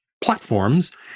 platforms